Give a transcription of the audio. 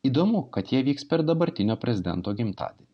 įdomu kad jie vyks per dabartinio prezidento gimtadienį